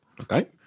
Okay